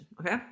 Okay